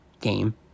game